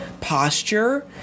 posture